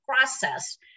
process